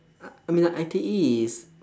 uh I mean I_T_E is